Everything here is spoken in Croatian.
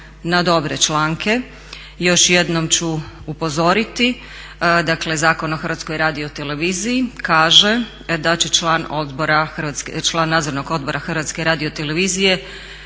na dobre članke. Još jednom ću upozoriti, dakle Zakon o Hrvatskoj radioteleviziji kaže da će član Nadzornog odbora Hrvatske radiotelevizije